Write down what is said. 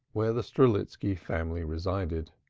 where the strelitski family resided.